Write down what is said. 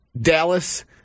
Dallas